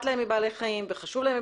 להם מבעלי חיים והנושא הזה חשוב להם,